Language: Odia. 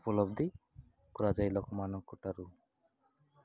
ଉପଲବ୍ଧି କରାଯାଇ ଲୋକମାନଙ୍କଠାରୁ